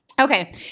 Okay